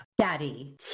Daddy